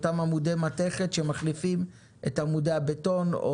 אותם עמודי מתכת שמחליפים את עמודי הבטון.